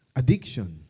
addiction